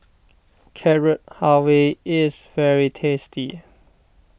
Carrot Halwa is very tasty